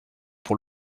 pour